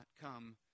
come